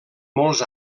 molts